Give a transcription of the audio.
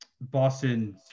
Boston